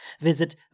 visit